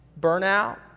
burnout